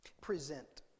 Present